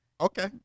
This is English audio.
okay